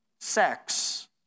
sex